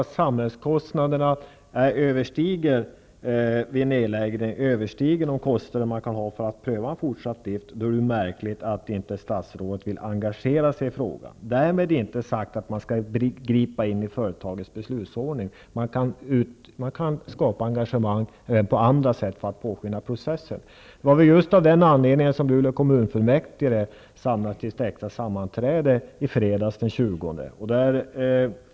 Om samhällskostnaderna vid en nedläggning överstiger kostnaderna för att pröva fortsatt drift är det märkligt att statsrådet inte vill engagera sig i frågan. Därmed är inte sagt att man skall gripa in i företagens beslutsordning. Man kan skapa engagemang även på andra sätt för att påskynda processen. Det var just av den anledningen som Luleå kommunfullmäktige samlades till ett extra sammanträde fredagen den 20 mars.